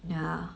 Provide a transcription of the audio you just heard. yeah